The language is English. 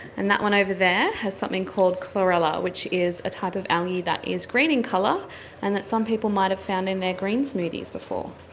and that one over there has something called chlorella which is a type of algae that is green in colour and that some people might have found in their green smoothies before.